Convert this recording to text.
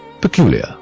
peculiar